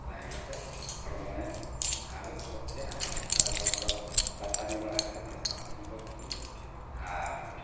ᱛᱟᱦᱮᱸ ᱠᱟᱛᱮᱫ ᱦᱚᱲᱢᱚᱭ ᱦᱟᱣᱮᱫ ᱠᱚᱜ ᱠᱮᱭᱟ ᱦᱟᱣᱮᱫ ᱯᱚᱨᱮ ᱫᱚ ᱟᱫᱚ ᱫᱟᱹᱛᱟᱹᱱᱤ ᱵᱟᱲᱟ ᱠᱟᱛᱮᱫ ᱱᱟᱥᱛᱟ ᱯᱟᱱᱤ ᱠᱚᱜ ᱠᱤᱭᱟᱹᱧ ᱟᱨ